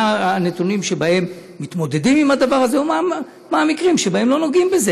מה הנתונים שבהם מתמודדים עם הדבר הזה ומה המקרים שבהם לא נוגעים בזה,